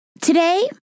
Today